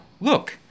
look